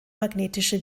magnetische